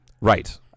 Right